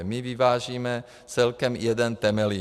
My vyvážíme celkem jeden Temelín.